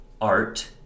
art